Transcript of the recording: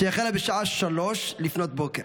שהחלה בשעה 03:00 לפנות בוקר,